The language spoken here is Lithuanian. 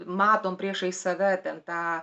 matom priešais save ten tą